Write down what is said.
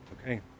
Okay